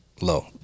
low